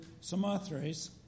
Samothrace